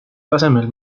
tasemel